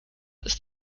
ist